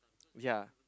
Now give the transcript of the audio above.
ya